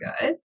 good